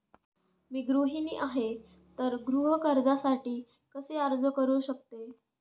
मी गृहिणी आहे तर गृह कर्जासाठी कसे अर्ज करू शकते?